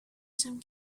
some